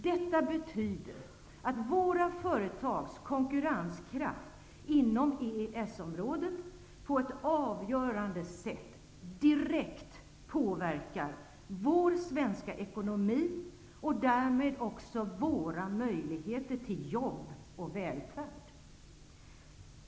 Detta betyder att våra företags konkurrenskraft inom EES området på ett avgörande sätt direkt påverkar vår svenska ekonomi och därmed också våra möjligheter till jobb och välfärd.